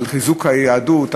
לחיזוק היהדות,